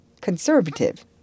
Conservative